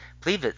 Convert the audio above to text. please